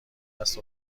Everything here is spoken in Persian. است